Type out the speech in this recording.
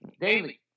daily